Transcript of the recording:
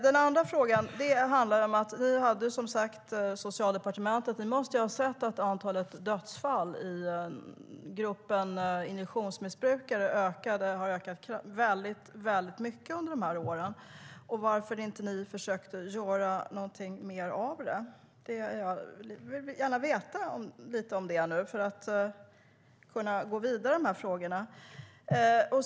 Det andra handlar om att ni, som sagt, hade ansvar för Socialdepartementet och måste ha sett att antalet dödsfall i gruppen injektionsmissbrukare ökade starkt under de åren. Jag undrar varför ni inte försökte göra någonting mer åt det. Jag vill gärna veta det för att kunna gå vidare med de här frågorna.